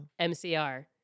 mcr